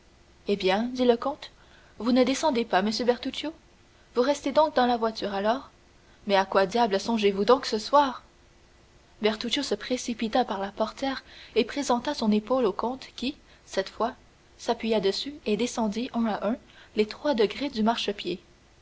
eh bien dit le comte vous ne descendez pas monsieur bertuccio vous restez donc dans la voiture alors mais à quoi diable songez-vous donc ce soir bertuccio se précipita par la portière et présenta son épaule au comte qui cette fois s'appuya dessus et descendit un à un les trois degrés du marchepied